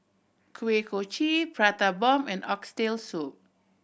Kuih Kochi Prata Bomb and Oxtail Soup